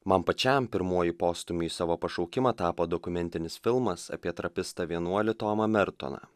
man pačiam pirmoji postūmį į savo pašaukimą tapo dokumentinis filmas apie trapistą vienuolį tomą mertoną